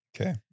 Okay